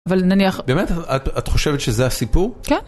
אבל נניח, באמת? את חושבת שזה הסיפור? כן.